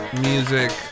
music